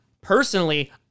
personally